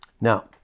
Now